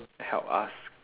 help us